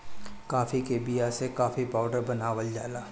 काफी के बिया से काफी पाउडर बनावल जाला